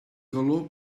galó